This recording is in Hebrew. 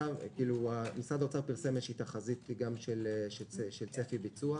משרד האוצר פרסם תחזית של צפי ביצוע.